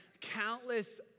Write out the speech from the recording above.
countless